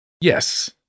Yes